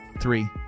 three